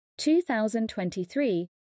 2023